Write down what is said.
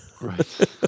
Right